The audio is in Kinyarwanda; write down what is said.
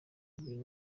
ibintu